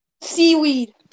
Seaweed